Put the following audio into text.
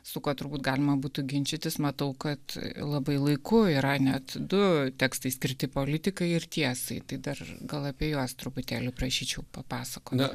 su kuo turbūt galima būtų ginčytis matau kad labai laiku yra net du tekstai skirti politikai ir tiesai tai dar gal apie juos truputėlį prašyčiau papasakot